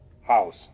house